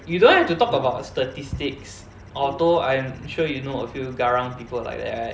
you don't have to talk about statistics although I'm sure you know a few garang people like that right